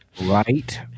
right